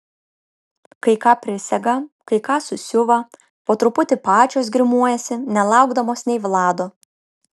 kai ką prisega kai ką susiuva po truputį pačios grimuojasi nelaukdamos nei vlado